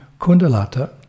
Kundalata